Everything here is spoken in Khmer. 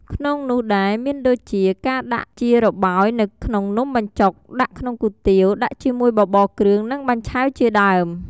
ក្នុងនោះដែរមានដូចជា ការដាក់ជារបោយនៅក្នុងនំបញ្ជុក ដាក់ក្នុងគុយទាវ ដាក់ជាមួយបបរគ្រឿង និងបាញ់ឆែវជាដើម។